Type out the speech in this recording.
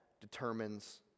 determines